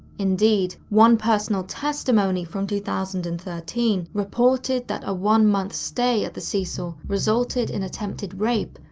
indeed, one personal testimony from two thousand and thirteen reported that a one month stay at the cecil resulted in attempted rape,